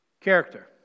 character